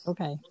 Okay